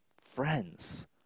Friends